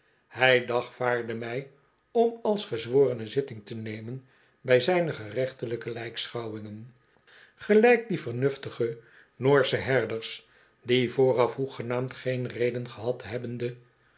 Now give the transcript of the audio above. hij dagvaardde mij om als gezworene zitting te nemen bij zijne gerechtelijke lijkschouwingen gelijk die vernuftige noorsche herders die vooraf hoegenaamd geen reden gehad hebbende